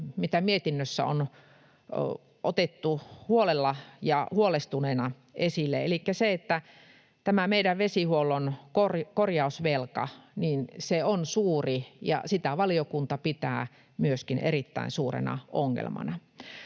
mitä mietinnössä on otettu huolella ja huolestuneena esille, elikkä siihen, että tämä meidän vesihuollon korjausvelka on suuri, ja sitä myöskin valiokunta pitää erittäin suurena ongelmana.